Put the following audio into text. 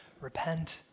repent